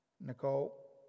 Nicole